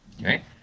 Right